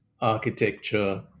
architecture